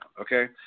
Okay